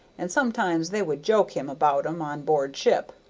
and sometimes they would joke him about em on board ship,